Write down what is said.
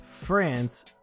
France